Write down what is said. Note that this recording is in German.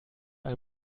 all